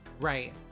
Right